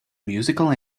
musical